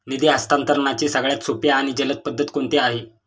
निधी हस्तांतरणाची सगळ्यात सोपी आणि जलद पद्धत कोणती आहे?